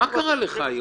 מה קרה לך היום?